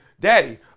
Daddy